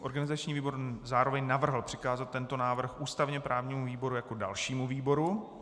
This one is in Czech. Organizační výbor zároveň navrhl přikázat tento návrh ústavněprávnímu výboru jako dalšímu výboru.